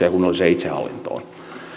ja kunnalliseen itsehallintoon